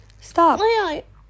Stop